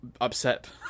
upset